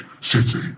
City